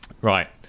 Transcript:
Right